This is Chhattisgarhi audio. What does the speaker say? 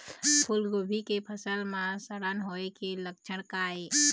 फूलगोभी के फसल म सड़न होय के लक्षण का ये?